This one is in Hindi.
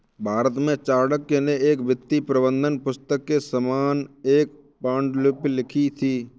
भारत में चाणक्य ने एक वित्तीय प्रबंधन पुस्तक के समान एक पांडुलिपि लिखी थी